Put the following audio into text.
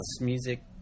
music